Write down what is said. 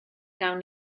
gawn